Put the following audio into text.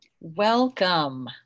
Welcome